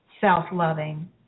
self-loving